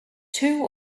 two